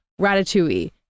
ratatouille